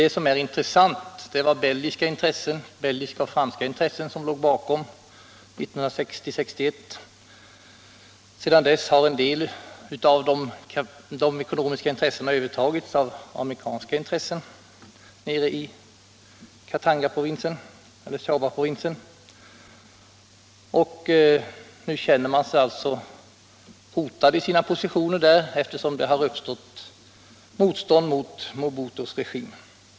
Det var belgiska och franska intressen som låg bakom striderna 1960 och 1961. Sedan dess har en del av de ekonomiska intressena övertagits av amerikanska intressenter i Shabaprovinsen. Dessa intressen känner nu sina positioner hotade, eftersom det har uppstått motstånd mot Mobutus regim.